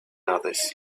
others